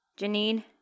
Janine